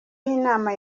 y’inama